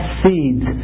seeds